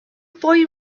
boy